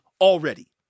already